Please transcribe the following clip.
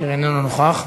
אשר איננו נוכח.